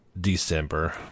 December